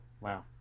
Wow